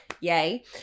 Yay